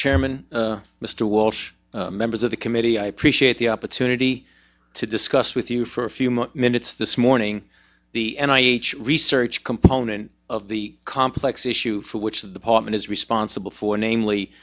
chairman mr walsh members of the committee i appreciate the opportunity to discuss with you for a few more minutes this morning the and i each research component of the complex issue for which the department is responsible for namely